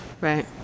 Right